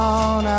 on